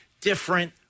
different